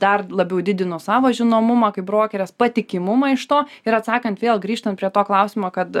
dar labiau didinu savo žinomumą kaip brokerės patikimumą iš to ir atsakant vėl grįžtan prie to klausimo kad